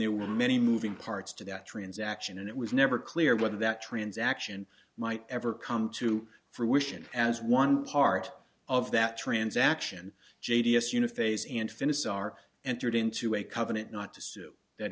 there were many moving parts to that transaction and it was never clear whether that transaction might ever come to fruition as one part of that transaction j d s uniphase and finishes are entered into a covenant not to sue that